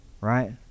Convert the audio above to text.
Right